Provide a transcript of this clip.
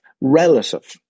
relative